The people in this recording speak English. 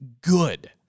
good